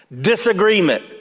Disagreement